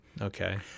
okay